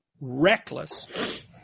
reckless